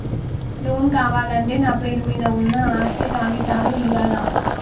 Loan కావాలంటే నా పేరు మీద ఉన్న ఆస్తి కాగితాలు ఇయ్యాలా?